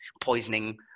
poisoning